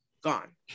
gone